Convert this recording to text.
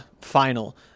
final